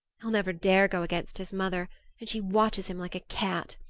he'll never dare go against his mother and she watches him like a cat.